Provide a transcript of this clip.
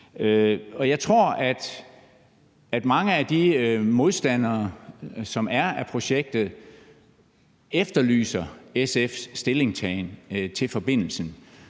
Jeg tror, at mange modstandere af projektet efterlyser SF's stillingtagen til forbindelsen,